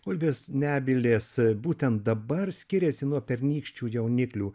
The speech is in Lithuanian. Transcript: gulbės nebylės būtent dabar skiriasi nuo pernykščių jauniklių